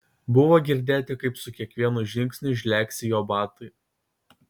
buvo girdėti kaip su kiekvienu žingsniu žlegsi jo batai